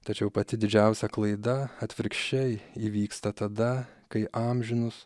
tačiau pati didžiausia klaida atvirkščiai įvyksta tada kai amžinus